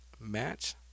Match